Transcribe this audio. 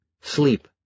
sleep